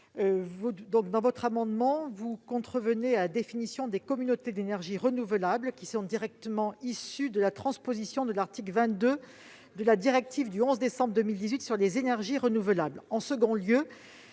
disposition proposée contrevient à la définition des communautés d'énergie renouvelable, directement issue de la transposition de l'article 22 de la directive du 11 décembre 2018 sur les énergies renouvelables.